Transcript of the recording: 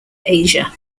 asia